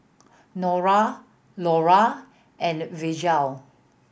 Norah Lorna and Virgel